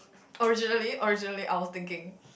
originally originally I was thinking